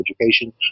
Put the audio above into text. education